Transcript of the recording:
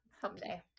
Someday